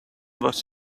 was